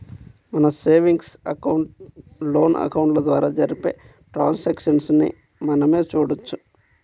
మన savings account, loan అకౌంట్ల ద్వారా జరిపే ట్రాన్సాక్షన్స్ ని మనమే చూడొచ్చు